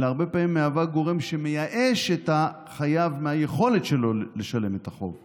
אלא הרבה פעמים מהווה גורם שמייאש את החייב מהיכולת שלו לשלם את החוב.